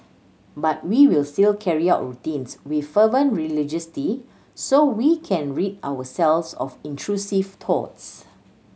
but we will still carry out routines with fervent religiosity so we can rid ourselves of intrusive thoughts